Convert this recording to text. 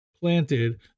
planted